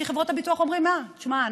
כי חברות הביטוח אומרות: שמעו,